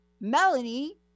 Melanie